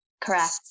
Correct